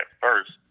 first